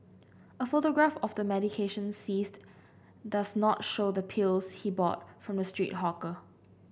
a photograph of the medication seized does not show the pills he bought from the street hawker